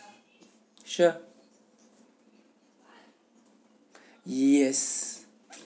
sure yes